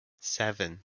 seven